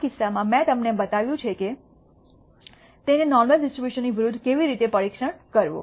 આ કિસ્સામાં મેં તમને બતાવ્યું છે કે તેને નોર્મલ ડિસ્ટ્રીબ્યુશન ની વિરુદ્ધ કેવી રીતે પરીક્ષણ કરવું